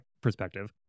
perspective